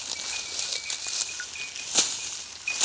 ನಾವ್ ಬೆಳೆಯೊ ಬೆಳಿ ಸಾಲಕ ಬಂದ್ರ ಏನ್ ಉಪಯೋಗ?